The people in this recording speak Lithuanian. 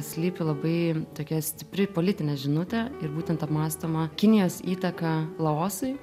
slypi labai tokia stipri politinė žinutė ir būtent apmąstoma kinijos įtaka laosui